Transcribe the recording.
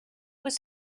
was